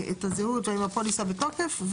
את הזהות ואם הפוליסה בתוקף.